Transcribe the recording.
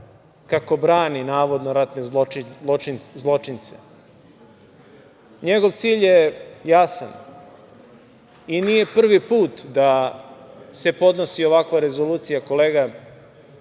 kako brani, navodno, ratne zločince. Njegov cilj je jasan i nije prvi put da se podnosi ovakva rezolucija,